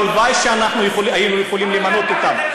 הלוואי שאנחנו היינו יכולים למנות אותם.